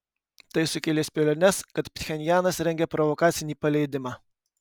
tai sukėlė spėliones kad pchenjanas rengia provokacinį paleidimą